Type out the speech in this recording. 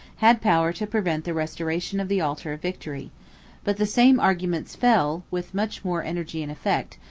had power to prevent the restoration of the altar of victory but the same arguments fell, with much more energy and effect,